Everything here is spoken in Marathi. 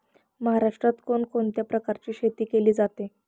महाराष्ट्रात कोण कोणत्या प्रकारची शेती केली जाते?